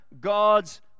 God's